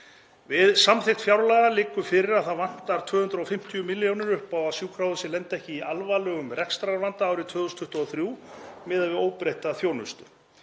Við samþykkt fjárlaga liggur fyrir að það vantar 250 milljónir upp á að sjúkrahúsið lendi ekki í alvarlegum rekstrarvanda árið 2023 miðað við óbreytta þjónustu.